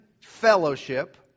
fellowship